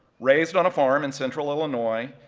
raised on a farm in central illinois,